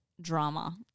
drama